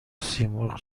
سیمرغ